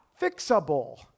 fixable